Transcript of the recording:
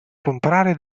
comprare